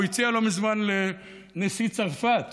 הוא הציע לא מזמן לנשיא צרפת